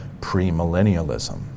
premillennialism